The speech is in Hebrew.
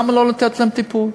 למה לא לתת להם טיפול?